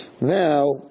Now